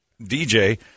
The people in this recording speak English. DJ